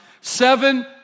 seven